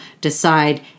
decide